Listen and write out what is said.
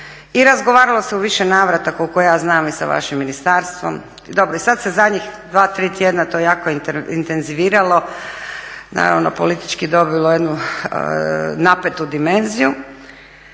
i razgovaralo se u više navrata koliko ja znam i sa vašim ministarstvom, dobro, i sada se zadnjih 2,3 tjedna to jako inteziviralo, naravno politički dobilo jednu napetu dimenziju.